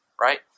right